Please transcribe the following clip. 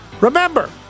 Remember